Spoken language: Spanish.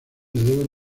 deben